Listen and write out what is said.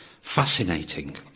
fascinating